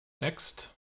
next